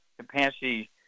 capacity